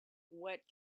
what